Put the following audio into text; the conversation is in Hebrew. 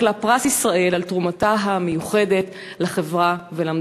לה פרס ישראל על תרומתה המיוחדת לחברה ולמדינה.